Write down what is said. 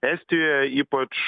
estijoje ypač